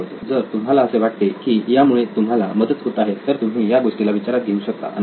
जर तुम्हाला असे वाटते की यामुळे तुम्हाला मदत होत आहे तर तुम्ही या गोष्टीला विचारात घेऊ शकता अन्यथा नाही